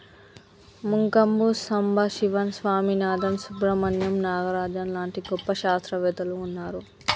మంకంబు సంబశివన్ స్వామినాధన్, సుబ్రమణ్యం నాగరాజన్ లాంటి గొప్ప శాస్త్రవేత్తలు వున్నారు